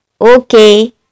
Okay